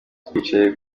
twicaye